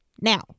now